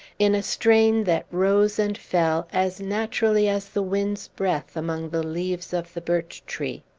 in a strain that rose and fell as naturally as the wind's breath among the leaves of the birch-tree.